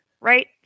Right